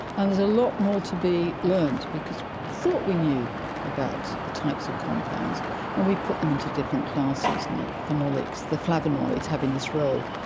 and there's a lot more to be learned because we thought we knew about the types of compounds and we put them into different classes, like phenolics, the flavonoids having this role,